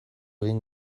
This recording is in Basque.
egin